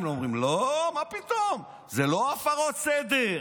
הם אומרים: לא, מה פתאום, זה לא הפרות סדר,